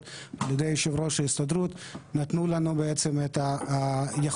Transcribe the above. בידי יושב-ראש ההסתדרות נתנו לנו את היכולת